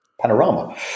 panorama